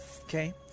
Okay